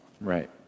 Right